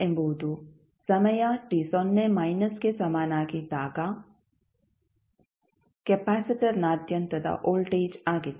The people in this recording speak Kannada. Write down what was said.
ಎಂಬುದು ಸಮಯ t ಸೊನ್ನೆ ಮೈನಸ್ಗೆ ಸಮನಾಗಿದ್ದಾಗ ಕೆಪಾಸಿಟರ್ನಾದ್ಯಂತದ ವೋಲ್ಟೇಜ್ ಆಗಿದೆ